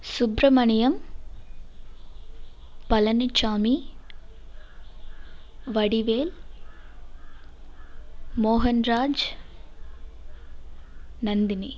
Subramaniam Palanisamy Vadivel Mohanraj Nandini